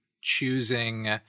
choosing